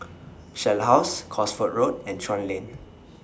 Shell House Cosford Road and Chuan Lane